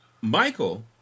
Michael